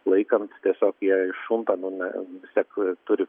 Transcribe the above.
laikant tiesiog jie iššunta nu ne vis tiek turi